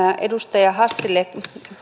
edustaja hassille